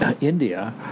India